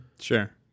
sure